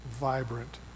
vibrant